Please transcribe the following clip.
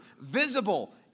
visible